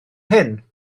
hyn